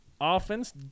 offense